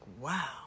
wow